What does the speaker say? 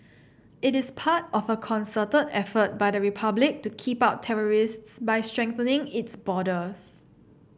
it is part of a concerted effort by the Republic to keep out terrorists by strengthening its borders